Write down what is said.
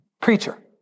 preacher